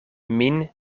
min